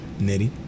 Nitty